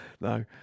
No